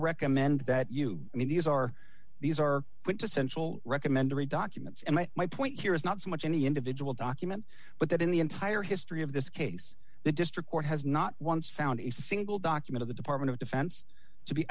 recommend that you i mean these are these are went to central recommender of documents and my point here is not so much any individual document but that in the entire history of this case the district court has not once found a single document the department of defense to be